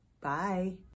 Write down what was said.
Bye